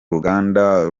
ruganda